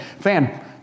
fan